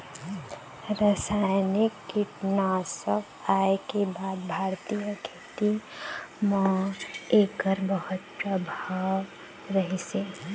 रासायनिक कीटनाशक आए के बाद भारतीय खेती म एकर बहुत प्रभाव रहीसे